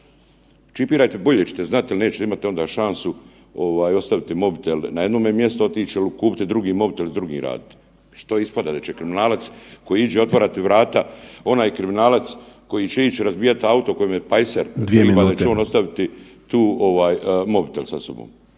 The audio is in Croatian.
čipirajte, bolje ćete znati jer nećete imati onda šansu ostaviti mobitel na jednome mjestu i otići kupiti drugi mobitel i s drugim raditi. Što ispada da će kriminalac koji iđe otvarati vrata, onaj kriminalac koji će ići razbijati auto, kojem je pajser .../Upadica: Dvije minute./... pa će on ostaviti tu mobitel sa sobom.